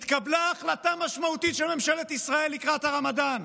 התקבלה החלטה משמעותית של ממשלת ישראל לקראת הרמדאן,